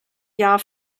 jahr